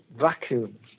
vacuum